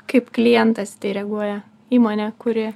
kaip klientas į tai reaguoja įmonė kuri